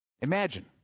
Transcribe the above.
Imagine